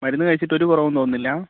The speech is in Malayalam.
മരുന്ന് കഴിച്ചിട്ട് ഒരു കുറവും തോന്നുന്നില്ല